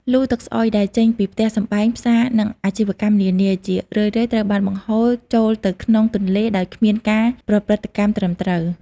លូទឹកស្អុយដែលចេញពីផ្ទះសម្បែង ផ្សារ និងអាជីវកម្មនានា ជារឿយៗត្រូវបានបង្ហូរចូលទៅក្នុងទន្លេដោយគ្មានការប្រព្រឹត្តកម្មត្រឹមត្រូវ។